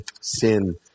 sin